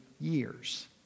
years